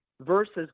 versus